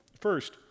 First